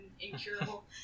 incurable